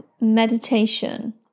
meditation